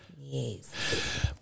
Yes